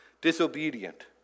disobedient